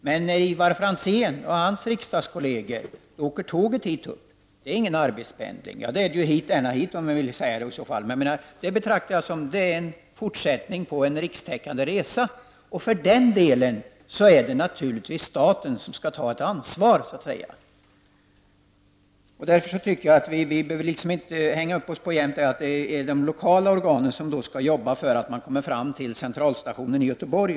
Men när Ivar Franzén och andra kolleger i riksdagen åker tåg till Stockholm betraktas det som en fortsättning på en rikstäckande resa. För den delen är det naturligtvis staten som skall ta ett ansvar. Jag tycker inte att vi bör hänga upp oss på att det är de lokala organen som skall arbeta för att resenärer kommer fram till centralstationen i Göteborg.